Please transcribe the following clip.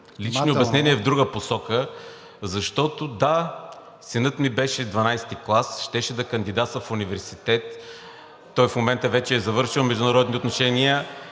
лични обяснения в друга посока, защото, да, синът ми беше XII клас, щеше да кандидатства в университет. Той в момента вече е завършил „Международни отношения“